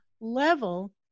level